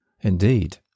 Indeed